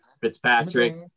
Fitzpatrick